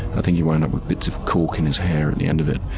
i think he wound up with bits of cork in his hair at the end of it,